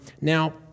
Now